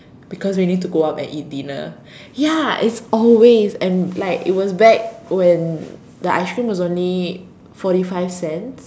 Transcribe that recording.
because we need to go up and eat dinner ya it's always and like it was back when the ice cream was only forty five cents